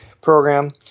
program